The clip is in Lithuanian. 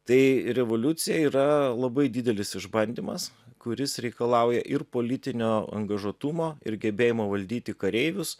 tai revoliucija yra labai didelis išbandymas kuris reikalauja ir politinio angažuotumo ir gebėjimo valdyti kareivius